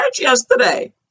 yesterday